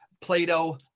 Plato